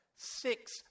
six